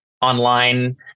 online